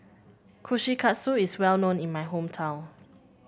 kushikatsu is well known in my hometown